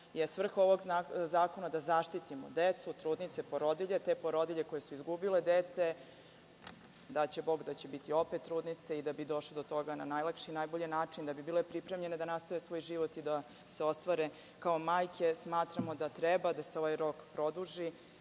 je svrha ovog zakona da zaštitimo decu, trudnice i porodilje. Te porodilje koje su izgubile dete, daće Bog da će biti opet trudnice, ali da bi došle do toga na najlakši i najbolji način, da bi bile pripremljene da nastave svoj život i da se ostvare kao majke, smatramo da treba ovaj rok da